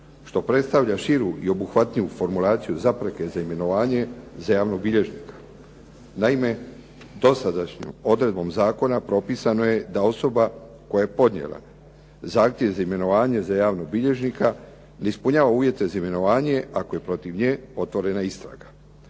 što predstavlja širu i obuhvatniju formulaciju zapreke za imenovanje za javnog bilježnika. Naime, dosadašnjom odredbom zakona propisano je da osoba koja je podnijela zahtjev za imenovanje za javnog bilježnika ne ispunjava uvjete za imenovanje ako je protiv nje otvorena istraga.